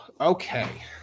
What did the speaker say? okay